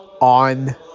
on